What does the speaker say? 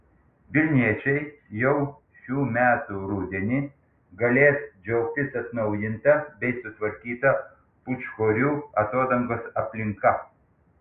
vilniečiai jau šių metų rudenį galės džiaugtis atnaujinta bei sutvarkyta pūčkorių atodangos aplinka